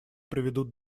приведут